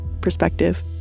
perspective